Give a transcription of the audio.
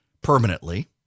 permanently